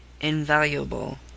invaluable